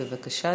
בבקשה,